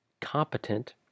competent